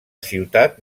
ciutat